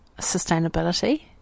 sustainability